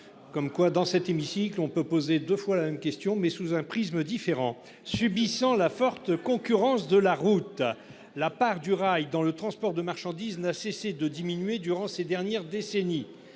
comme quoi dans cet hémicycle on peut poser deux fois la même question, mais sous un prisme différent subissant la forte concurrence de la route. La part du rail dans le transport de marchandises n'a cessé de diminuer durant ces dernières décennies.